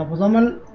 elemental